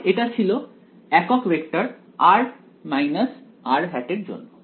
ওখানে এটা ছিল একক ভেক্টর r এর জন্য